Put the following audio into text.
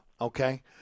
okay